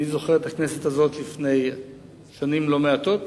אני זוכר את הכנסת הזאת לפני שנים לא מעטות.